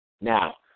Now